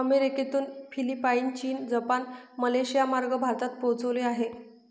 अमेरिकेतून फिलिपाईन, चीन, जपान, मलेशियामार्गे भारतात पोहोचले आहे